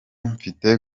mfite